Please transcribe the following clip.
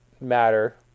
matter